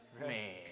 Man